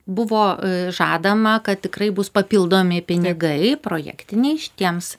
buvo žadama kad tikrai bus papildomi pinigai projektiniai šitiems